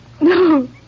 No